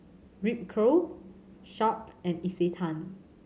Ripcurl Sharp and Isetan